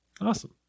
awesome